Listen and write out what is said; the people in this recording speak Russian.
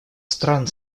стран